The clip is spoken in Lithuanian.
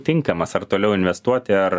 tinkamas ar toliau investuoti ar